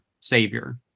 savior